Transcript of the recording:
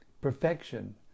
perfection